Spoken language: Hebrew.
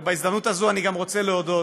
בהזדמנות הזאת אני רוצה להודות,